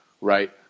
right